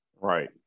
Right